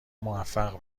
موفق